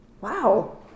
Wow